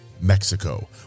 Mexico